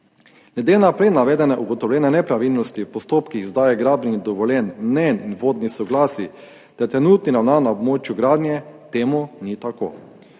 Glede na prej navedene ugotovljene nepravilnosti v postopkih izdaje gradbenih dovoljenj, mnenj in vodnih soglasij ter trenutnih ravnanj na območju gradnje, to ni tako.